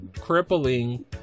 crippling